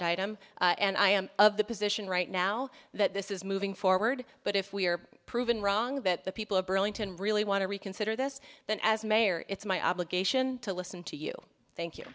item and i am of the position right now that this is moving forward but if we are proven wrong that the people of burlington really want to reconsider this then as mayor it's my obligation to listen to you thank you